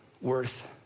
worth